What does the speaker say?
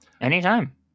anytime